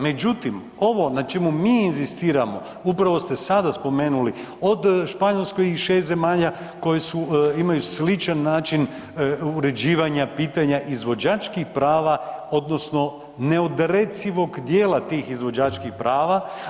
Međutim, ovo na čemu mi inzistiramo upravo ste sada spomenuli od Španjolske i 6 zemlja koje su imaju sličan način uređivanja pitanja izvođačkih prava odnosno neodrecivog dijela tih izvođačkih prava.